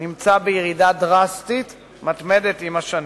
נמצא בירידה דרסטית מתמדת עם השנים.